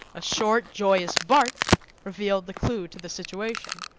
a short, joyous bark revealed the clue to the situation.